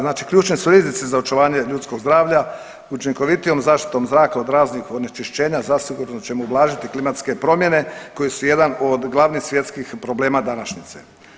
Znači ključni su rizici za očuvanje ljudskog zdravlja učinkovitijom zaštitom zraka od raznih onečišćenja zasigurno ćemo ublažiti klimatske promjene koje su jedan od glasnih svjetskih problema današnjice.